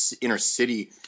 inner-city